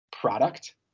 product